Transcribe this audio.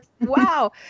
wow